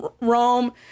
Rome